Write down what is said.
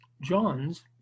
John's